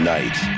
Night